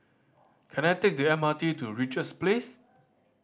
can I take the M R T to Richards Place